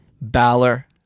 Balor